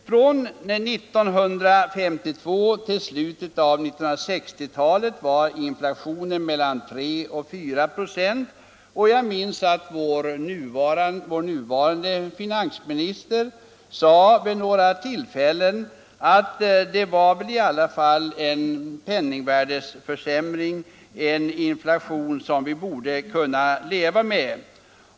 Från 1952 till slutet av 1960-talet var inflationen mellan 3 och 4 4, och jag minns att vår nuvarande finansminister vid några tillfällen sade att det var någonting som vi borde kunna leva med.